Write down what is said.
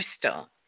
crystal